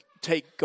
take